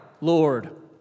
Lord